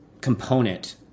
component